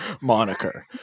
moniker